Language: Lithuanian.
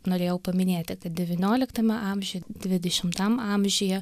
norėjau paminėti kad devynioliktame amžiuj dvidešimtam amžiuje